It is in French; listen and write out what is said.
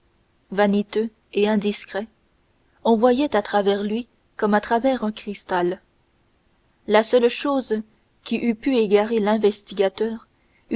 vaniteux et indiscret on voyait à travers lui comme à travers un cristal la seule chose qui eût pu égarer l'investigateur